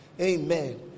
Amen